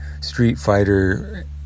street-fighter